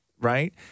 Right